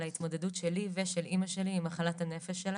ההתמודדות שלי ושל אמא שלי עם מחלת הנפש שלה,